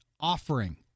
offering